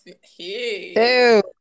hey